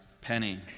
penny